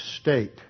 state